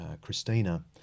Christina